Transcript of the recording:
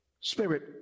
spirit